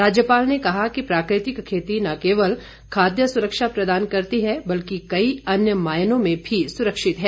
राज्यपाल ने कहा कि प्राकृतिक खेती न केवल खाद्य सुरक्षा प्रदान करती है बल्कि कई अन्य मायनों में भी सुरक्षित है